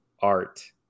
art